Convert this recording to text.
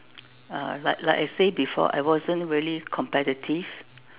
uh like like I say before I wasn't really competitive